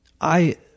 I—